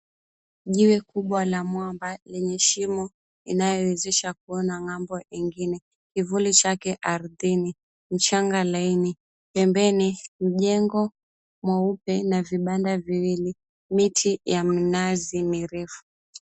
Jiwe kubwa la mwamba lenye shimo inayowezesha kuona ng'ambo ingine, kivuli chake ardhini, mchanga laini. Pembeni mjengo mweupe na vibanda viwili, miti ya minazi mirefu.